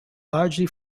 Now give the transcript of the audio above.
largely